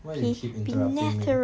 why you keep interrupting me